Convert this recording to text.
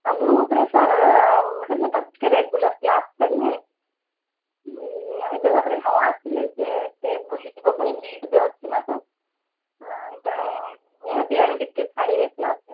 ଆଉ ଗ୍ରୁପରେ ସାର୍ ହେଲେ ତା'କୁ ଟିକେ ରେଗୁଲାର୍ କ୍ଲାସ୍ ଛାଡ଼ିବେ ନିୟମିତ ଭାବରେ ନ ଆସିଲେ ସେ ଷ୍ଟେପ୍ ଭୁଲିଯିବ ପୁଣି ଲିଡ଼ରେ ଅଛି ନା ସାର୍ ତେଣୁ ନିହାତି ଆଣିକି ଟିକେ ଛାଡ଼ିବେ କ୍ଲାସରେ